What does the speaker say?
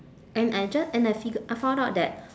and I just and I figure I found out that